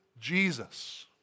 Jesus